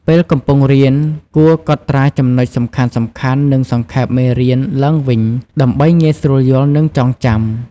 ពេលកំពុងរៀន គួរកត់ត្រាចំណុចសំខាន់ៗ និងសង្ខេបមេរៀនឡើងវិញ ដើម្បីងាយស្រួលយល់ និងចងចាំ។